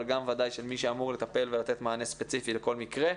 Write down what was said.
אבל גם בוודאי של מי שאמור לטפל ולתת מענה ספציפי לכל מקרה.